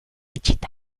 itxita